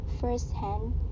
firsthand